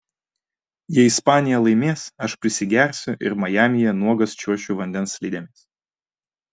jei ispanija laimės aš prisigersiu ir majamyje nuogas čiuošiu vandens slidėmis